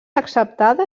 acceptada